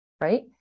right